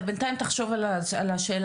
מדברות על חברות ביצוע.